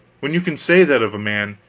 when you can say that of a man,